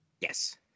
Yes